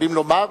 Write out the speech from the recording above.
יכולים לומר,